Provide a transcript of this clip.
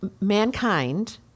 mankind